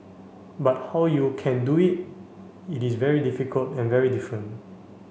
but how you can do it it is very difficult and very different